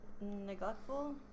neglectful